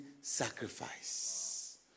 sacrifice